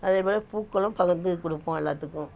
அதேபோல் பூக்களும் பகிர்ந்து கொடுப்போம் எல்லாத்துக்கும்